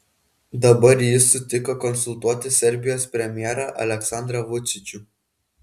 dabar jis sutiko konsultuoti serbijos premjerą aleksandrą vučičių